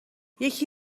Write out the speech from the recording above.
یکی